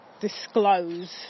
disclose